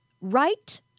right